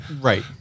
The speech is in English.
Right